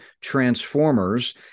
Transformers